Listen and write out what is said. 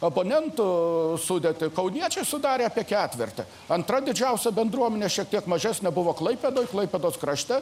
abonetų sudėtį kauniečiai sudarė apie ketvirtį antra didžiausia bendruomenė šiek tiek mažesnė buvo klaipėdoje klaipėdos krašte